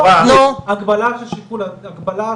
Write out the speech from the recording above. כולם דרך אגב יותר קטנות מתל אביב,